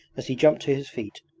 as he jumped to his feet.